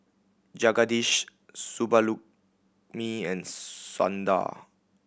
Jagadish and Sundar